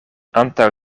antaŭ